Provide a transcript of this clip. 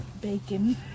Bacon